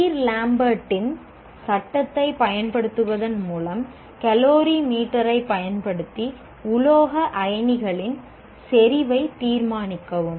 beer லம்பேர்ட்டின் பயன்படுத்தி உலோக அயனிகளின் செறிவைத் தீர்மானிக்கவும்